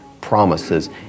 promises